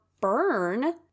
burn